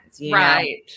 Right